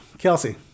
Kelsey